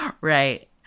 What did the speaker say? Right